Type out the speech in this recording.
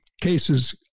cases